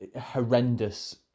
horrendous